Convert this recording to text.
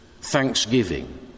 thanksgiving